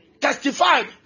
Testified